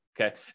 okay